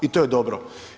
I to je dobro.